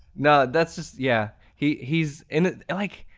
no, that's just yeah. he's he's in like,